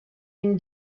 une